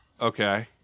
Okay